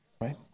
right